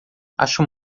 acho